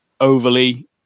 overly